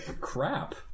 crap